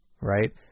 right